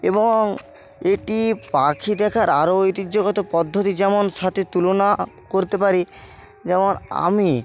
এবং এটি পাখি দেখার আরও ঐতিহ্যগত পদ্ধতি যেমন সাথে তুলনা করতে পারি যেমন আমি